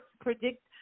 predict